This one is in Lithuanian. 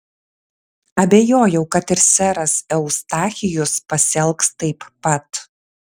abejojau kad ir seras eustachijus pasielgs taip pat